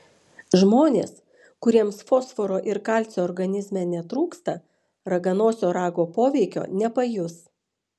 žmonės kuriems fosforo ir kalcio organizme netrūksta raganosio rago poveikio nepajus